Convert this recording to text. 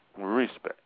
Respect